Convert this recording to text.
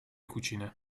cucine